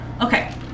Okay